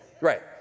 Right